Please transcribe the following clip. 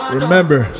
remember